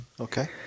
okay